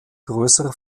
größere